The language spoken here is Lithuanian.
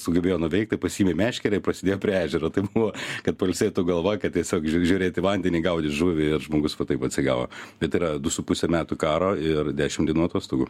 sugebėjo nuveikt tai pasiėmė meškerę ir prasėdėjo prie ežero tai buvo kad pailsėtų galva kad tiesiog žiūrėt į vandenį gaudyt žuvį ir žmogus va taip atsigavo bet yra du su puse metų karo ir dešim dienų atostogų